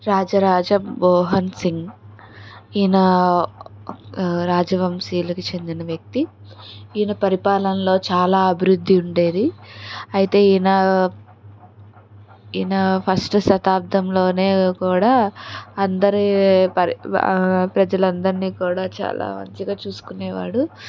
రాజ మోహన్ సింగ్ ఈయన రాజవంశీలకు చెందిన వ్యక్తి ఈయన పరిపాలనలో చాలా అభివృద్ధి ఉండేది అయితే ఈయన ఈయన ఫస్ట్ శతాబ్దంలోనే కూడా అందరి పరి ప్రజలందరినీ కూడా చాలా మంచిగా చూసుకునేవాడు